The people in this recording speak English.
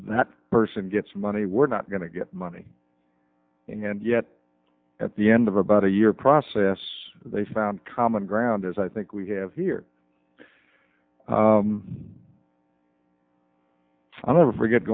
that person gets money we're not going to get money and yet at the end of about a year process they found common ground as i think we have here i never forget